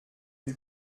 lui